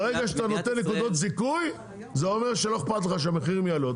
ברגע שאתה נותן נקודות זיכוי זה אומר שלא אכפת לך שהמחירים יעלו,